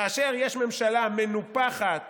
כאשר יש ממשלה מנופחת